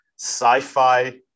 sci-fi